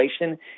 inflation